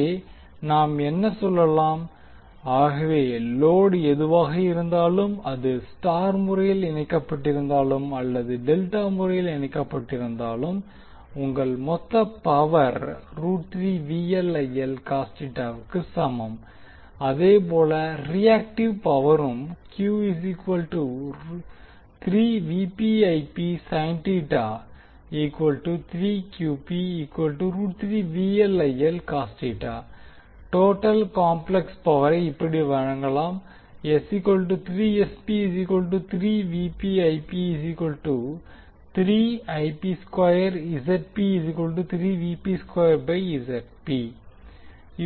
எனவே நாம் என்ன சொல்லலாம் ஆகவே லோடு எதுவாக இருந்தாலும் அது ஸ்டார் முறையில் இணைக்கப்பட்டிருந்தாலும் அல்லது டெல்டா முறையில் இணைக்கப்பட்டிருந்தாலும் உங்கள் மொத்த பவர் க்கு சமமாக இருக்கும் அதே போல ரியாக்டிவ் பவரும் டோட்டல் காம்பேக்ஸ் பவரை இப்படி வழங்கலாம்